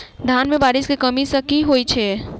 धान मे बारिश केँ कमी सँ की होइ छै?